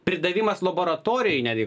pridavimas laboratorijoj netgi